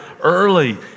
early